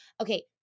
Okay